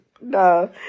no